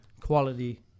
quality